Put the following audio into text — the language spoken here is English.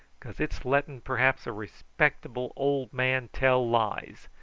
because it's letting perhaps a respectable old man tell lies.